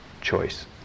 choice